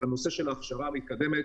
כלומר שהוא יצטרך לעבור הכשרה מתקדמת.